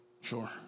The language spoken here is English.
Sure